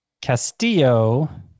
Castillo